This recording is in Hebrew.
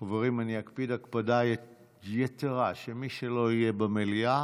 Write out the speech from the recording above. חברים, אני אקפיד הקפדה יתרה שמי שלא יהיה במליאה,